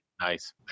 Nice